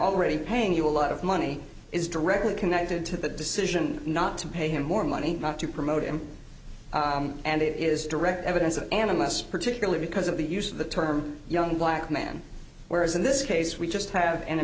already paying you a lot of money is directly connected to the decision not to pay him more money to promote him and it is direct evidence that and unless particularly because of the use of the term young black man whereas in this case we just have an a